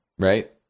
right